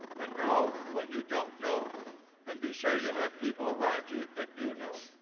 and know what you don't know and be sure you have people around you that do know.